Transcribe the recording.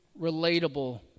relatable